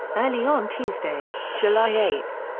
early on tuesday, july eight,